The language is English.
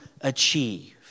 achieve